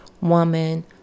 Woman